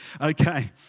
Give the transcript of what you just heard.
okay